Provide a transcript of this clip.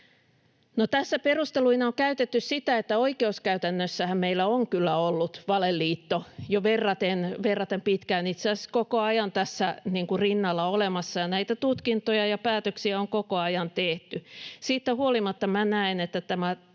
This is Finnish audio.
Tässä perusteluina on käytetty sitä, että oikeuskäytännössähän meillä on kyllä ollut valeliitto jo verraten pitkään, itse asiassa koko ajan tässä rinnalla olemassa, ja näitä tutkintoja ja päätöksiä on koko ajan tehty. Siitä huolimatta minä näen sen, että tämä